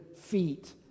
feet